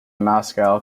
moscow